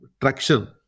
traction